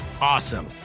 Awesome